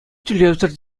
тӳлевсӗр